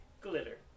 Glitter